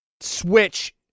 Switch